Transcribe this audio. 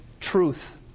truth